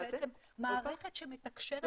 בעצם מערכת שמתקשרת בין מדינות שונות.